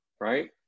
right